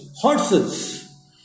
horses